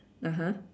(uh huh)